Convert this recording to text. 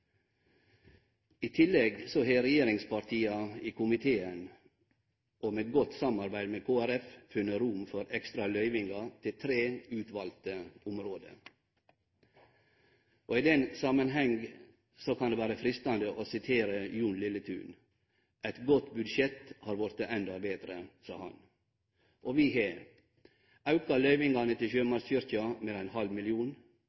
I tillegg har regjeringspartia i komiteen, i godt samarbeid med Kristeleg Folkeparti, funne rom for ekstra løyvingar til tre utvalde område. I den samanhengen kan det vere freistande å seie som Jon Lilletun: Eit godt budsjett har vorte endå betre. Vi har auka løyvingane til Sjømannskyrkja med 0,5 mill. kr. Vi har auka løyvingane til